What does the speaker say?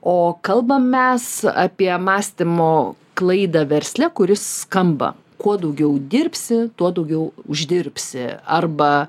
o kalbam mes apie mąstymo klaidą versle kuris skamba kuo daugiau dirbsi tuo daugiau uždirbsi arba